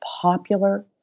popular